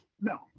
No